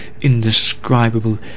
indescribable